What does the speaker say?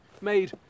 made